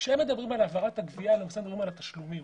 כשהם מדברים על העברת הגבייה הם מתכוונים להעברת התשלומים.